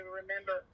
remember